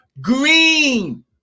green